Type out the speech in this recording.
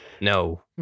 No